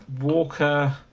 Walker